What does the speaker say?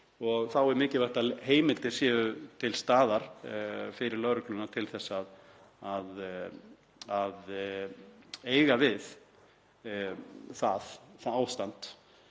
Þá er mikilvægt að heimildir séu til staðar fyrir lögregluna til að eiga við það ástand.